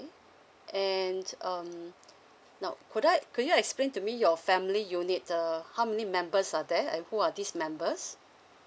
and um now could I could you explain to me your family unit uh how many members are there and who are these members